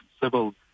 civil